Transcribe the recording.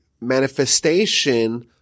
manifestation